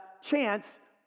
Chance